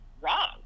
wrong